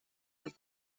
that